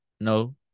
no